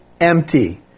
empty